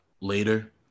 later